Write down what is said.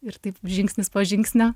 ir taip žingsnis po žingsnio